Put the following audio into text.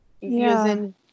Using